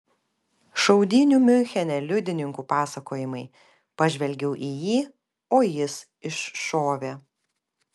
šaudynių miunchene liudininkų pasakojimai pažvelgiau į jį o jis iššovė